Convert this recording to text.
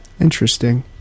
Interesting